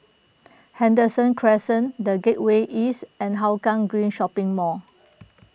Henderson Crescent the Gateway East and Hougang Green Shopping Mall